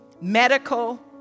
medical